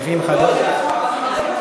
ההצבעה הזאת מבוטלת.